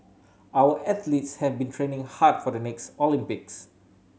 our athletes have been training hard for the next Olympics